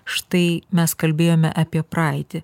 štai mes kalbėjome apie praeitį